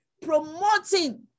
promoting